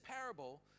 parable